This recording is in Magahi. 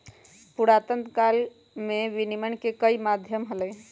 पुरातन काल में विनियम के कई माध्यम हलय